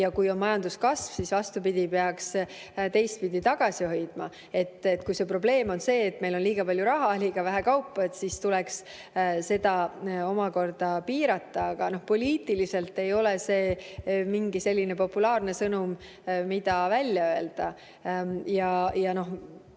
ja kui on majanduskasv, siis vastupidi, peaks teistpidi tegema, tagasi hoidma. Kui probleem on see, et meil on liiga palju raha ja liiga vähe kaupa, siis tuleks seda omakorda piirata. Poliitiliselt ei ole see mingi populaarne sõnum, mida välja öelda. Mina